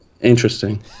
interesting